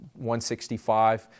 165